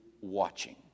watching